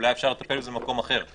אולי אפשר לטפל בזה במקום אחר.